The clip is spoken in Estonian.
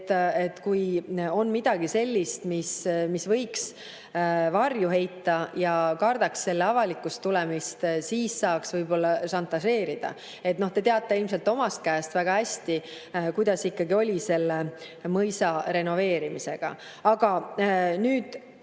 Kui on midagi sellist, mis võiks varju heita, ja kardetaks selle avalikuks tulemist, siis saaks võib-olla šantažeerida. Te teate seda ilmselt omast käest väga hästi. Kuidas ikkagi oli selle mõisa renoveerimisega? Aga Marko